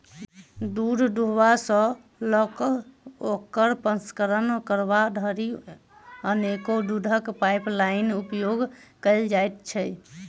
दूध दूहबा सॅ ल क ओकर प्रसंस्करण करबा धरि अनेको दूधक पाइपलाइनक उपयोग कयल जाइत छै